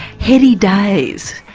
heady days,